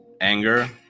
anger